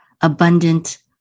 abundant